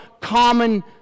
common